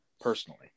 personally